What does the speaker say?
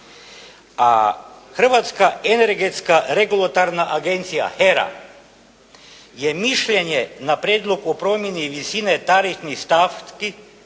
a Hrvatska energetska regulatorna agencija HERA je mišljenje na prijedlog o promjeni visine tarifnih stavki